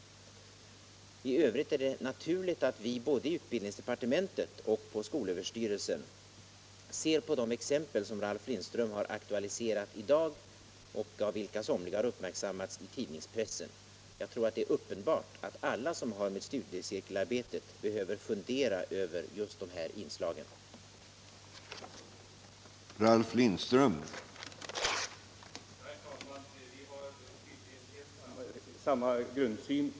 Nr 32 I övrigt är det naturligt att vi både i utbildningsdepartementet och på skolöverstyrelsen ser på de exempel som Ralf Lindström aktualiserat i dag och av vilka somliga har uppmärksammats i tidningspressen. Jag I tror att det är uppenbart att alla som har med studiecirkelarbetet att — Om den kommuna göra behöver fundera över just de här inslagen.